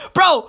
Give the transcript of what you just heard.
Bro